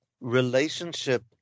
relationship